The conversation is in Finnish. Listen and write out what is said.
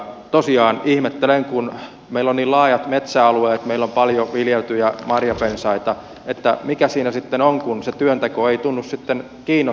tosiaan ihmettelen kun meillä on niin laajat metsäalueet meillä on paljon viljeltyjä marjapensaita että mikä siinä sitten on kun se työnteko ei tunnu kiinnostavan